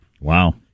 Wow